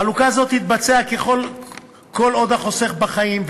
חלוקה זו תתבצע כל עוד החוסך בחיים,